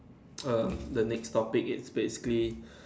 um the next topic is basically